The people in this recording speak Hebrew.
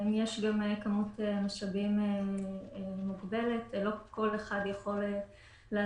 יש גם כמות משאבים מוגבלת, לא כל אחד יכול לעסוק